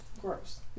gross